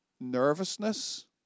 nervousness